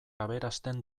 aberasten